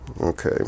Okay